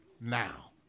now